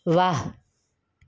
વાહ